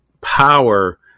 power